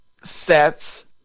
sets